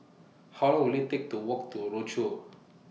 How Long Will IT Take to Walk to Rochor